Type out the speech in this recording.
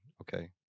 Okay